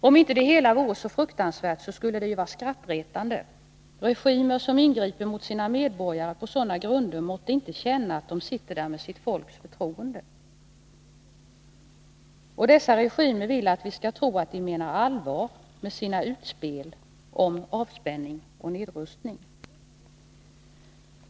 Om inte det hela vore så fruktansvärt, skulle det ju vara skrattretande. Regimer som ingriper mot sina medborgare på sådana grunder måtte inte känna att de sitter där med sitt folks förtroende. Och dessa regimer vill att vi skall tro att de menar allvar med sina utspel om avspänning och nedrustning.